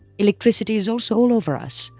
electricity is also all over us,